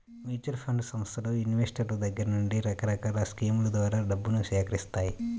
mutual fund సంస్థలు ఇన్వెస్టర్ల దగ్గర నుండి రకరకాల స్కీముల ద్వారా డబ్బును సేకరిత్తాయి